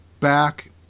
back